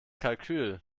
kalkül